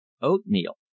oatmeal